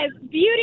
beauty